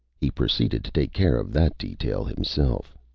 he proceeded to take care of that detail himself.